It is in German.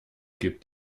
gibt